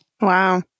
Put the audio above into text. Wow